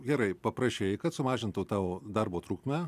gerai paprašei kad sumažintų tau darbo trukmę